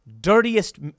dirtiest